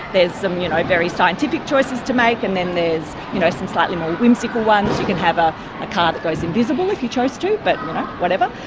there are some you know very scientific choices to make and then there you know are some slightly more whimsical ones. you can have a car that goes invisible if you chose to, but whatever,